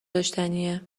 داشتنیه